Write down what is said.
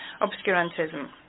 obscurantism